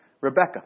Rebecca